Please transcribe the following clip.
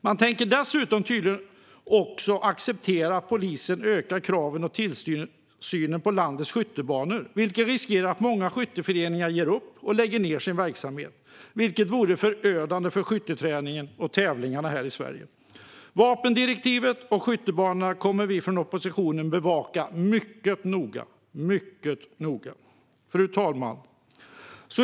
Man tänker tydligen dessutom acceptera att polisen ökar kraven på och tillsynen av på landets skyttebanor. Det riskerar att leda till att många skytteföreningar ger upp och lägger ned sina verksamheter, vilket vore förödande för skytteträningen och tävlingarna i Sverige. Vapendirektivet och skyttebanorna kommer vi från oppositionen att bevaka mycket noga. Fru talman!